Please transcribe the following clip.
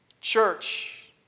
Church